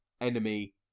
enemy